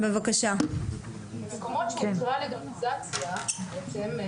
במקומות שהותרה לגליזציה בעצם,